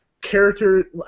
character